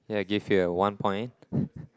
ya I'll give you a one point